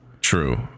true